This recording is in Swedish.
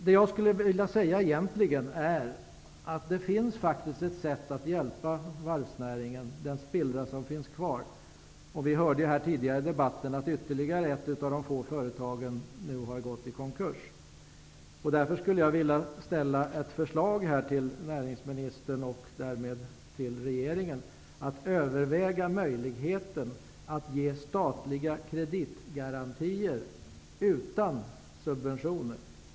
Det jag egentligen skulle vilja säga är att det finns ett sätt att hjälpa varvsnäringen -- den spillra som finns kvar. Vi hörde tidigare i debatten att ytterligare ett av de få företagen nu har gått i konkurs. Därför skulle jag vilja framställa ett förslag till näringsministern och därmed till regeringen, nämligen att man överväger möjligheten att ge statliga kreditgarantier utan subventioner.